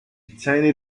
tiny